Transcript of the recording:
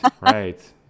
Right